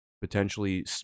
potentially